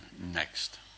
next